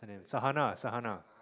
Sahana Sahana